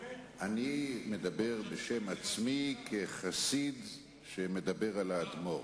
אני מדבר בשם עצמי, כחסיד שמדבר על האדמו"ר.